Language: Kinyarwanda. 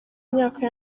myaka